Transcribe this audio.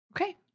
Okay